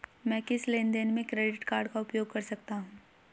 मैं किस लेनदेन में क्रेडिट कार्ड का उपयोग कर सकता हूं?